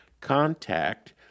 contact